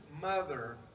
mother